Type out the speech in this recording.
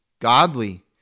godly